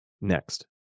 Next